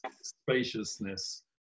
spaciousness